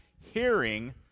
hearing